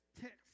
text